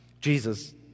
Jesus